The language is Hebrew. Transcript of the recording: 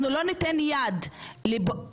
אנחנו לא ניתן יד במקום